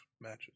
matches